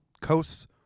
coasts